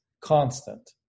constant